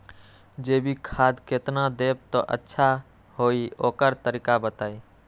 जैविक खाद केतना देब त अच्छा होइ ओकर तरीका बताई?